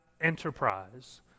enterprise